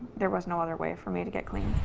there was no other way for me to get clean,